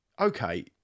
okay